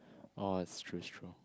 oh it's true it's true